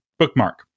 bookmark